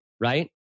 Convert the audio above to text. right